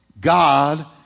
God